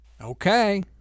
Okay